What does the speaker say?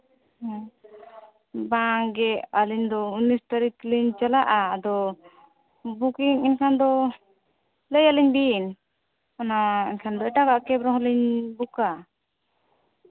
ᱵᱟᱝᱜᱮ ᱟᱹᱞᱤᱧᱫᱚ ᱩᱱᱤᱥ ᱛᱟᱹᱨᱤᱠᱷ ᱞᱤᱧ ᱪᱟᱞᱟᱜᱼᱟ ᱟᱫᱚ ᱵᱩᱠᱤᱝ ᱮᱱᱠᱷᱟᱱ ᱫᱚ ᱞᱟᱹᱭᱟᱞᱤᱧ ᱵᱤᱱ ᱚᱱᱟ ᱮᱱᱠᱷᱟᱱ ᱫᱚ ᱮᱴᱟᱜᱟᱜ ᱠᱮᱵᱽ ᱨᱮᱦᱚᱸᱞᱤᱧ ᱵᱩᱠᱟ